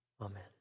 Amen